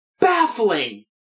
baffling